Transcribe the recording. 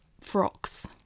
frocks